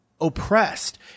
oppressed